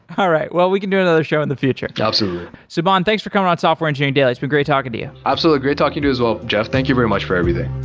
all right. well, we can do another show in the future absolutely subhan, thanks for coming on software engineering daily. it's been great talking to you absolutely. great talking to you as well, jeff. thank you very much for everything